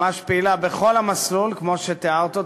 ממש פעילה בכל המסלול, כמו שתיארת אותו,